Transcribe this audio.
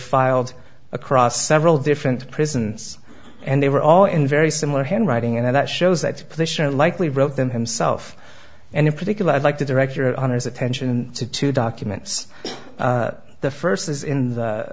filed across several different prisons and they were all in very similar handwriting and that shows that petitioner likely wrote them himself and in particular i'd like to direct your honor's attention to two documents the first is in the